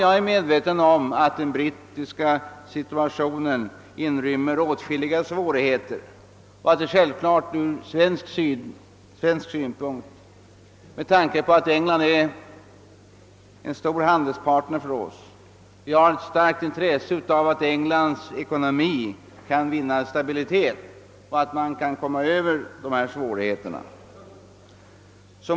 Jag är medveten om att den brittiska situationen inrymmer åtskilliga svårigheter och att vi med tanke på att England är en mycket stor handels Partner för oss har ett starkt intresse av att Englands ekonomi stabiliseras och engelsmännen Öövervinner de nuvarande svårigheterna.